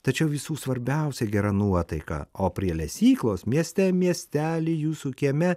tačiau visų svarbiausia gera nuotaika o prie lesyklos mieste miestely jūsų kieme